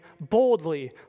boldly